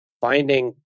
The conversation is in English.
finding